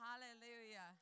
Hallelujah